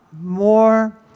more